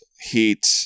Heat